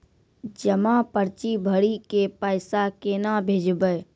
जमा पर्ची भरी के पैसा केना भेजबे?